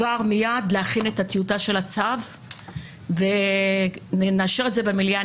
להכין מיד את הטיוטה של הצו ונאשר את זה במליאה.